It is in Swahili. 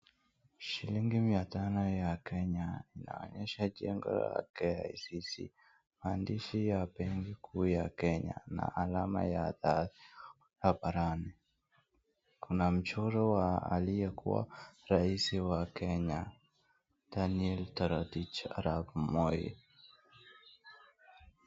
Shilingi mia tano ya Kenya inaonyesha jengo ya KICC, maandishi ya benki kuu ya Kenya na alama ya thabu barabarani. Kuna mchoro wa aliyekua raisi wa Kenya, Daniel Toroitich arap Moi.